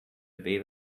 wave